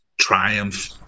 triumph